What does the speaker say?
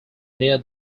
near